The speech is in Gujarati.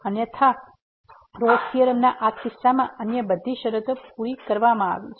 અન્યથા રોલ્સRolle's થીયોરમના આ કિસ્સામાં અન્ય બધી શરતો પૂરી કરવામાં આવે છે